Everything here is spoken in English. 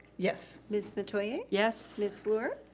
yes. ms metoyer. yes. ms. flour.